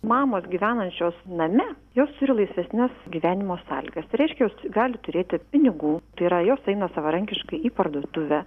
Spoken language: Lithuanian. mamos gyvenančios name jos turi laisvesnes gyvenimo sąlygas reiškia jos gali turėti pinigų tai yra jos eina savarankiškai į parduotuvę